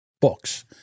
books